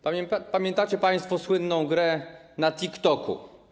Pamiętacie państwo słynną grę na TikToku.